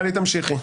(חברת הכנסת דבי ביטון יוצאת מחדר הוועדה) טלי תמשיכי.